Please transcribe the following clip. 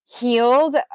healed